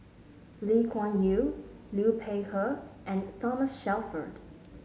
Lee Kuan Yew Liu Peihe and Thomas Shelford